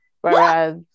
Whereas